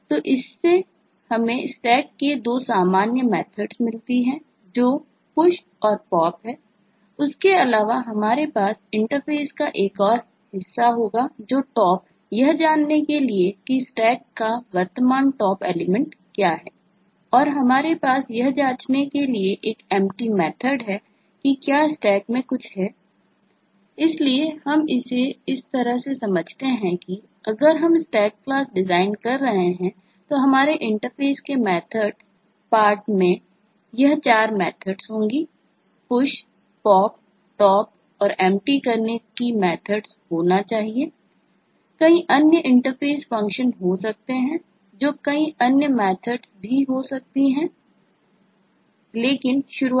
तो इससे हमें Stack में दो सामान्य मेथड्स होंगी